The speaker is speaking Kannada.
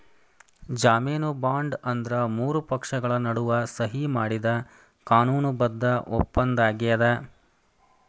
ಜಾಮೇನು ಬಾಂಡ್ ಅಂದ್ರ ಮೂರು ಪಕ್ಷಗಳ ನಡುವ ಸಹಿ ಮಾಡಿದ ಕಾನೂನು ಬದ್ಧ ಒಪ್ಪಂದಾಗ್ಯದ